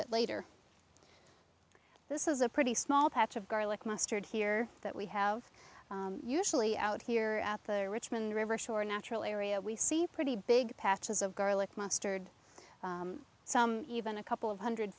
it later this is a pretty small patch of garlic mustard here that we have usually out here at the richmond river shore natural area we see pretty big patches of garlic mustard even a couple of hundred